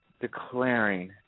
declaring